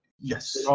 Yes